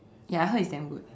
ya I heard it's damn good